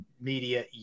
Media